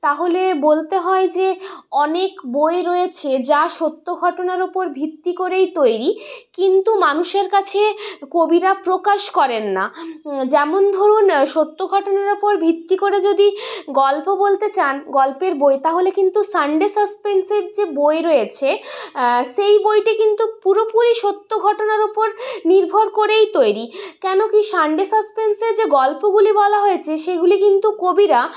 তাহলে বলতে হয় যে অনেক বই রয়েছে যা সত্য ঘটনার ওপর ভিত্তি করেই তৈরি কিন্তু মানুষের কাছে কবিরা প্রকাশ করেন না যেমন ধরুন সত্য ঘটনার ওপর ভিত্তি করে যদি গল্প বলতে চান গল্পের বই তাহলে কিন্তু সানডে সাসপেন্সের যে বই রয়েছে সেই বইটি কিন্তু পুরোপুরি সত্য ঘটনার ওপর নির্ভর করেই তৈরি কেন কি সানডে সাসপেন্সে যে গল্পগুলি বলা হয়েছে সেগুলি কিন্তু কবিরা